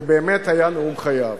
זה באמת היה נאום חייו.